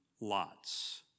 lots